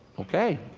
ok,